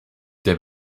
der